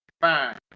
fine